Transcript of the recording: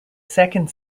second